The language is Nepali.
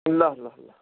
ल ल ल